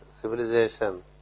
civilization